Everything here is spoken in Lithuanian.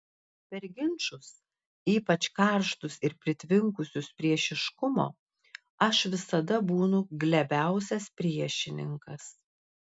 per ginčus ypač karštus ir pritvinkusius priešiškumo aš visada būnu glebiausias priešininkas